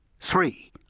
three